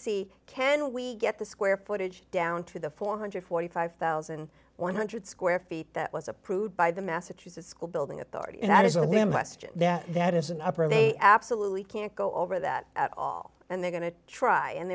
see can we get the square footage down to the four hundred and forty five thousand one hundred square feet that was approved by the massachusetts school building authority and that is a limb question that isn't up or they absolutely can't go over that at all and they're going to try